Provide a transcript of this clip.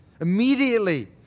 immediately